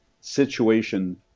situation